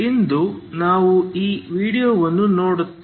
ಇಂದು ನಾವು ಈ ವೀಡಿಯೊವನ್ನು ನೋಡುತ್ತೇವೆ